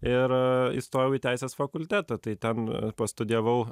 ir įstojau į teisės fakultetą tai ten pastudijavau